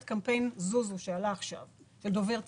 לדוגמה קמפיין "זוזו" שעלה עכשיו בדובר צה"ל.